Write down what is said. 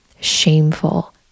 shameful